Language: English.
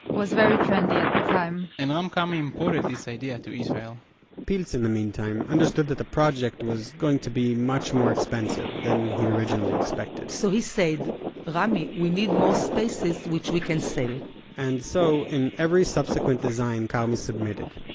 was very trendy at the time and rami um karmi imported this idea to israel pilz, in the meantime, understood that the project was going to be much more expensive than he'd originally expected so he said rami, we need more spaces which we can sell and so, in every subsequent design karmi submitted,